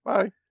Bye